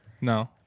No